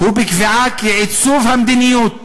הוא בקביעה כי עיצוב המדיניות"